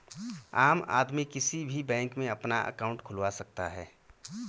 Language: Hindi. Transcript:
आम आदमी किसी भी बैंक में अपना अंकाउट खुलवा सकता है